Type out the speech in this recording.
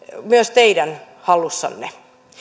myös teidän hallussanne